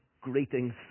Greetings